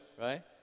right